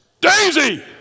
Daisy